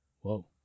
Whoa